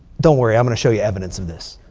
don't worry. i'm going to show you evidence of this.